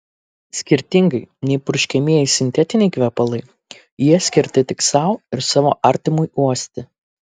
skirtingai nei purškiamieji sintetiniai kvepalai jie skirti tik sau ir savo artimui uosti